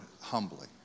humbly